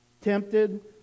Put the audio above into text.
Tempted